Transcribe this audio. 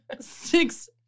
six